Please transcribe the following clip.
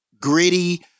gritty